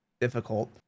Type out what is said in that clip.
difficult